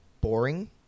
boring